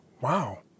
wow